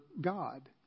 God